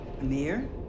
Amir